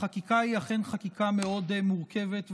החקיקה היא אכן חקיקה מאוד מורכבת,